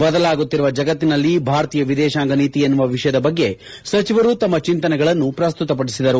ಬದಲಾಗುತ್ತಿರುವ ಜಗತ್ತಿನಲ್ಲಿ ಭಾರತೀಯ ವಿದೇಶಾಂಗ ನೀತಿ ಎನ್ನುವ ವಿಷಯದ ಬಗ್ಗೆ ಸಚಿವರು ತಮ್ಮ ಚಿಂತನೆಗಳನ್ನು ಪ್ರಸ್ನುತ ಪದಿಸಿದರು